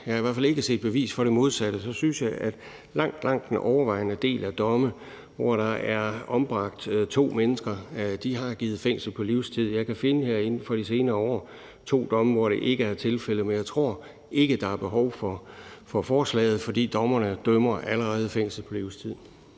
jeg har i hvert fald ikke set et bevis for det modsatte – så vil sige, at den langt, langt overvejende del af dommene i de sager, hvor der er ombragt to mennesker, har givet fængsel på livstid. Jeg kan her inden for de senere år finde to domme, hvor det ikke er tilfældet, men jeg tror ikke, der er behov for forslaget, fordi dommerne allerede dømmer fængsel på livstid.